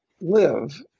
live